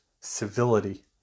civility